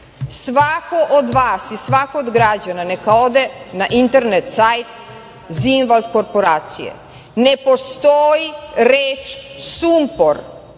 Svako od vas i svako od građana neka ode na internet sajt „Zimvald korporacije“. Ne postoji reč sumpor